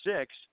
six